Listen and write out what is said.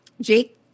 Jake